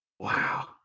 Wow